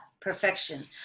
perfection